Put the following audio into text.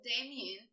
Damien